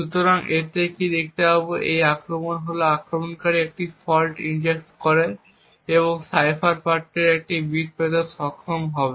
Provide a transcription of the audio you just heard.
সুতরাং আমরা এতে কী দেখতে পাব এই আক্রমণ হল আক্রমণকারী একটি ফল্ট ইনজেক্ট করে এই সাইফার পাঠ্যের এক বিট পেতে সক্ষম হবে